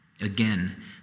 Again